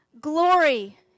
Glory